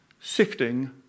sifting